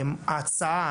ההצעה,